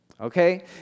okay